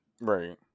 Right